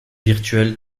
virtuelle